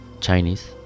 Chinese